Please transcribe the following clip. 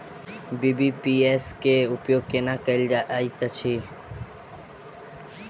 BBPS केँ उपयोग केना कएल जाइत अछि?